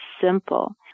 simple